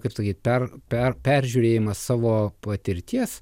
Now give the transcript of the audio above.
kaip tu jį per per peržiūrėjimas savo patirties